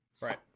Right